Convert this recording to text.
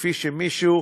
כפי שמישהו,